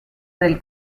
del